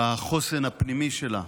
לחוסן הפנימי שלה,